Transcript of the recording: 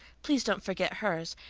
please don't forget hers.